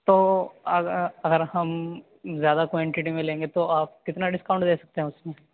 تو اگر اگر ہم زیادہ کوائنٹٹی میں لیں گے تو آپ کتنا ڈسکاؤنٹ دے سکتے ہیں اس میں